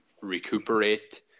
recuperate